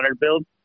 build